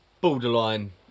Borderline